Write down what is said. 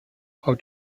how